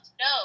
No